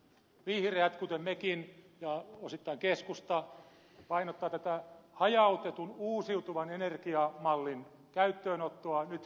vihreät kuten mekin ja osittain keskusta painottaa hajautetun uusiutuvan energiamallin käyttöönottoa nyt heti